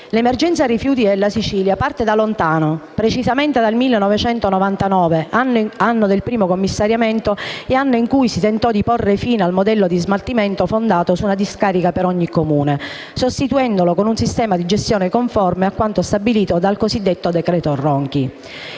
L'emergenza rifiuti della Sicilia parte da lontano, precisamente dal 1999, anno del primo commissariamento e anno in cui si tentò di porre fine al modello di smaltimento fondato su una discarica per ogni Comune, sostituendolo con un sistema di gestione conforme a quanto stabilito dal cosiddetto decreto Ronchi.